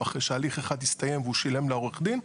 אחרי שהליך אחד יסתיים והוא שילם לעורך הדין,